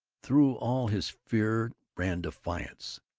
through all his fear ran defiance.